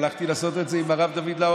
הלכתי לעשות את זה עם הרב דוד לאו,